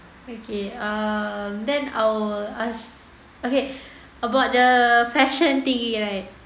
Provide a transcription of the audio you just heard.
okay err then our us okay about the fashion thingy right